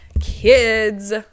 kids